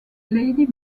lady